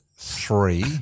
Three